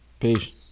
Peace